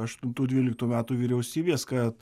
aštuntų dvyliktų metų vyriausybės kad